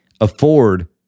afford